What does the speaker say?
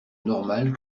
normal